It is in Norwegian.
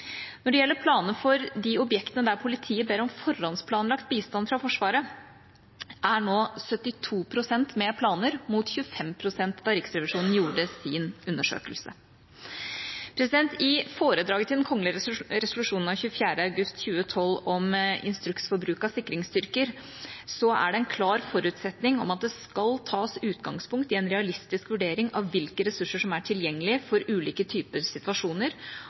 Når det gjelder planer for de objektene der politiet ber om forhåndsplanlagt bistand fra Forsvaret, er nå 72 pst. med planer – mot 25 pst. da Riksrevisjonen gjorde sin undersøkelse. I foredraget til den kongelige resolusjonen av 24. august 2012 om instruks for bruk av sikringsstyrker er det en klar forutsetning at det skal tas utgangspunkt i en realistisk vurdering av hvilke ressurser som er tilgjengelig for ulike typer situasjoner,